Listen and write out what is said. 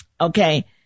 Okay